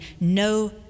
no